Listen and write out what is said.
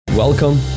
Welcome